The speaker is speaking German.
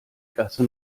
gasse